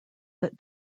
that